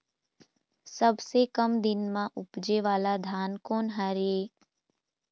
सबसे कम दिन म उपजे वाला धान कोन हर ये?